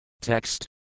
Text